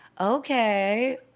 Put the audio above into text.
okay